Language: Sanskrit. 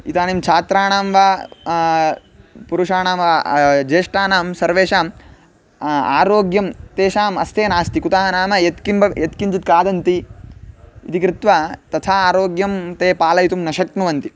इदानीं छात्राणां वा पुरुषाणां वा ज्येष्ठानां सर्वेषाम् आरोग्यं तेषाम् हस्ते नास्ति कुतः नाम यत्किम्ब यत्किञ्चित् खादन्ति इति कृत्वा तथा आरोग्यं ते पालयितुं न शक्नुवन्ति